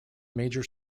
major